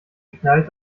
knallt